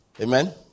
Amen